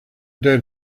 dead